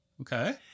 Okay